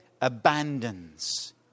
abandons